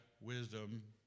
wisdom